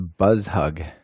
Buzzhug